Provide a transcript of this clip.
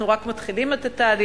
אנחנו רק מתחילים את התהליך,